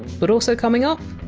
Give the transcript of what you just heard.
but also coming up!